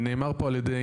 נאמר פה על ידי,